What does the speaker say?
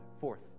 Fourth